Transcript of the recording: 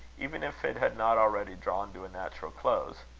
even if it had not already drawn to a natural close.